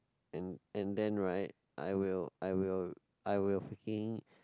and and then right I will I will I will freaking